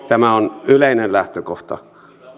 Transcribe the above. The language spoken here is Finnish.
tämä on yleinen lähtökohta